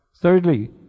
Thirdly